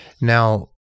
Now